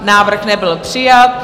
Návrh nebyl přijat.